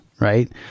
right